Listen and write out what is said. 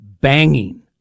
banging